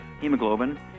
hemoglobin